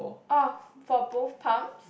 oh for both pounds